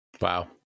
Wow